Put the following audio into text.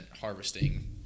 harvesting